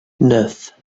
neuf